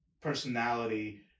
personality